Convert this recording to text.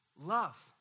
love